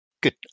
good